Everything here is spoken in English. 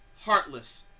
heartless